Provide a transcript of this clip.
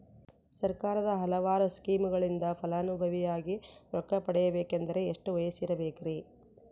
ಸರ್ಕಾರದ ಹಲವಾರು ಸ್ಕೇಮುಗಳಿಂದ ಫಲಾನುಭವಿಯಾಗಿ ರೊಕ್ಕ ಪಡಕೊಬೇಕಂದರೆ ಎಷ್ಟು ವಯಸ್ಸಿರಬೇಕ್ರಿ?